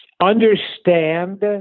understand